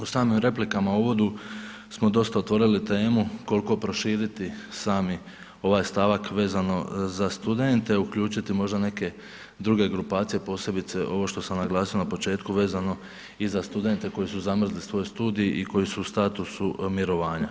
U samim replikama u uvodu smo dosta otvorili temu koliko proširiti sami ovaj stavak vezano za student, uključiti možda neke druge grupacije posebice ovo što sam naglasio na početku vezano i za studente koji su zamrzli svoj studij i koji su u statusu mirovina.